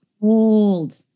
Cold